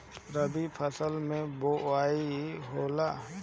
रबी फसल मे बोआई होला?